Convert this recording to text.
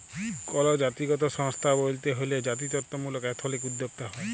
call জাতিগত সংস্থা ব্যইলতে হ্যলে জাতিত্ত্বমূলক এথলিক উদ্যোক্তা হ্যয়